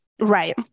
Right